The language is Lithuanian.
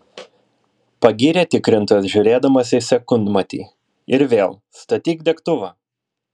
pagyrė tikrintojas žiūrėdamas į sekundmatį ir vėl statyk degtuvą